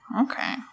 Okay